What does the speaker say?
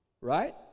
right